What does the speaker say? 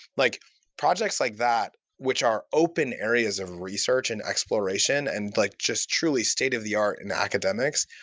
like projects like that, which are open areas of research and exploration and like just truly state of the art in academics,